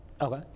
Okay